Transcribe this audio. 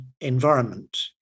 environment